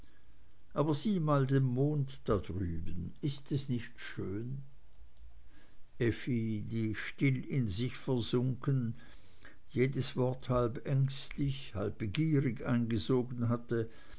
aber sieh mal den mond da drüben ist es nicht schön effi die still in sich versunken jedes wort halb ängstlich halb begierig eingesogen hatte